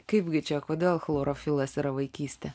kaipgi čia kodėl chlorofilas yra vaikystė